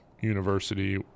university